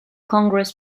congress